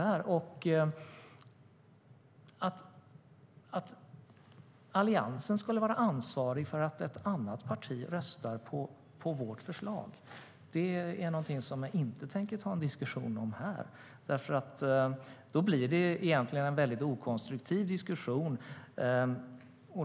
Att Alliansen skulle vara ansvarig för att ett annat parti röstar på vårt förslag är något jag inte tänker ta en diskussion om här, för det blir ingen konstruktiv diskussion.